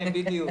כן, בדיוק.